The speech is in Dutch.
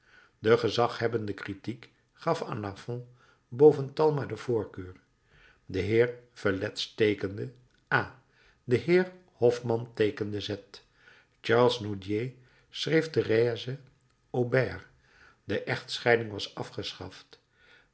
de gezaghebbende critiek gaf aan lafon boven talma de voorkeur de heer de feletz teekende a de heer hoffmann teekende z charles nodier schreef therèse aubert de echtscheiding was afgeschaft